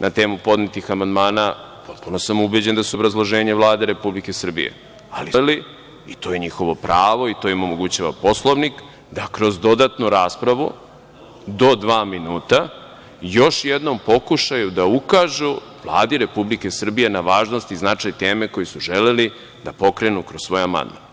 na temu podnetih amandmana i potpuno sam ubeđen da su videli obrazloženje Vlade Republike Srbije, ali su želeli, i to je njihovo pravo, i to im omogućava Poslovnik, da kroz dodatnu raspravu, do dva minuta, još jednom pokušaju da ukažu Vladi Republike Srbije na važnost i značaj teme koju su želeli da pokrenu kroz svoj amandman.